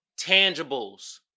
Tangibles